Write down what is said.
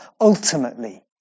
Ultimately